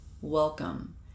Welcome